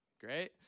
Great